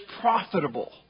profitable